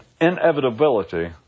inevitability